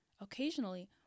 Occasionally